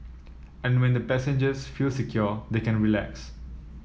and when the passengers feel secure they can relax